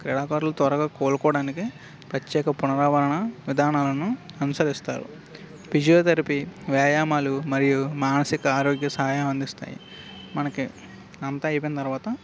క్రీడాకారులు త్వరగా కోలుకోవడానికి ప్రత్యేక పునరావరణ విధానాలను అనుసరిస్తారు ఫిజియోథెరపీ వ్యాయామాలు మరియు మానసిక ఆరోగ్య సహాయం అందిస్తాయి మనకి అంతా అయిపోయిన తర్వాత